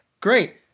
Great